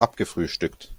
abgefrühstückt